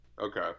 Okay